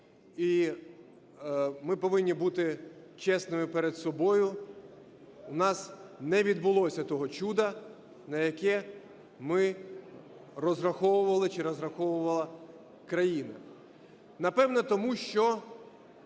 і ми повинні бути чесними перед собою, у нас не відбулося того чуда, на яке ми розраховували чи розраховувала країна. Напевно, тому, що